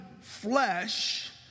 flesh